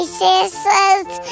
sisters